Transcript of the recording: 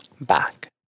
back